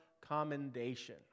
commendation